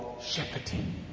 shepherding